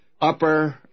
upper